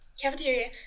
cafeteria